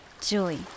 joy